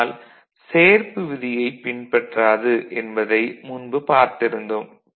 ஆனால் சேர்ப்பு விதியைப் பின்பற்றாது என்பதைப் முன்பு பார்த்திருந்தோம்